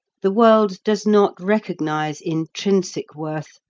the world does not recognise intrinsic worth,